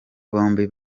bombi